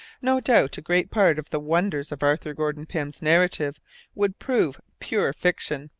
no doubt a great part of the wonders of arthur gordon pym's narrative would prove pure fiction,